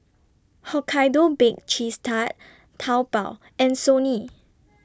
Hokkaido Baked Cheese Tart Taobao and Sony